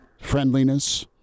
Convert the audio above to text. friendliness